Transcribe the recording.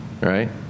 right